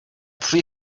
three